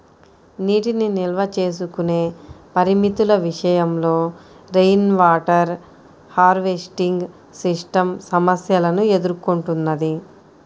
నీటిని నిల్వ చేసుకునే పరిమితుల విషయంలో రెయిన్వాటర్ హార్వెస్టింగ్ సిస్టమ్ సమస్యలను ఎదుర్కొంటున్నది